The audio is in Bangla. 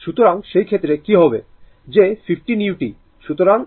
সুতরাং সেই ক্ষেত্রে কি হবে যে 15 u